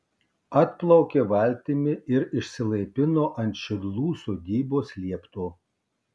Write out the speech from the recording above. atplaukė valtimi ir išsilaipino ant šidlų sodybos liepto